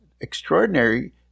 extraordinary